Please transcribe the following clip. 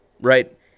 right